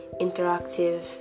interactive